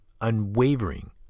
unwavering